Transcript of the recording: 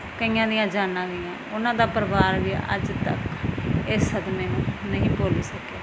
ਕਈਆਂ ਦੀਆਂ ਜਾਨਾਂ ਗਈਆਂ ਉਹਨਾਂ ਦਾ ਪਰਿਵਾਰ ਵੀ ਅੱਜ ਤੱਕ ਇਹ ਸਦਮੇ ਨੂੰ ਨਹੀਂ ਭੁੱਲ ਸਕਿਆ